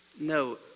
No